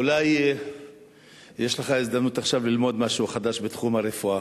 אולי יש לך הזדמנות עכשיו ללמוד משהו חדש בתחום הרפואה.